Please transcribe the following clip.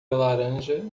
laranja